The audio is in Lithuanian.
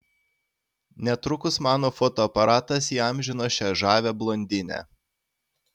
netrukus mano fotoaparatas įamžino šią žavią blondinę